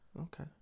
Okay